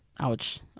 ouch